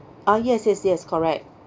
ah yes yes yes correct